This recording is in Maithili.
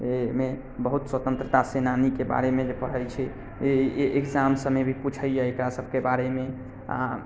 अइमे बहुत स्वतन्त्रता सेनानीके बारेमे जे पढ़ै छी एग्जाम सबमे भी पुछैए एकरा सबके बारेमे